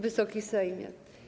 Wysoki Sejmie!